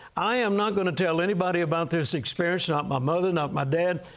i am not going to tell anybody about this experience, not my mother, not my dad.